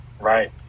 right